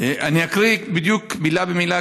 אני אקריא בדיוק מילה במילה,